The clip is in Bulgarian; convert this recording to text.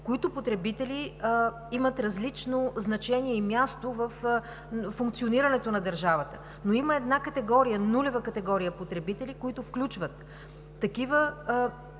които имат различно значение и място във функционирането на държавата, но има една категория – нулева категория потребители, която включва такива